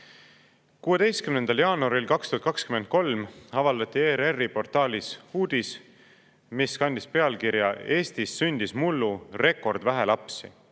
16. jaanuaril 2023 avaldati ERR-i portaalis uudis, mis kandis pealkirja "Eestis sündis mullu rekordvähe lapsi".